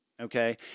okay